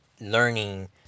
learning